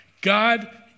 God